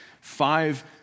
five